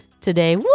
today